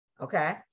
Okay